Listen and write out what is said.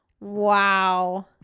Wow